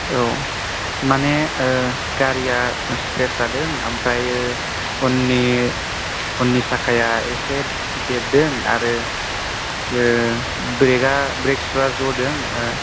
औ माने गारिया स्क्रेत्स जादों ओमफ्राय उननि साखाया एसे देबदों आरो ब्रेकआ ब्रेगसुआ जदों